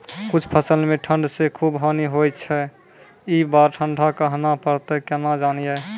कुछ फसल मे ठंड से खूब हानि होय छैय ई बार ठंडा कहना परतै केना जानये?